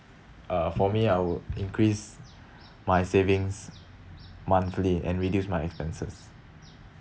uh for me I would increase my savings monthly and reduce my expenses